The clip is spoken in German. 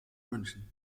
münchen